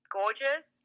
gorgeous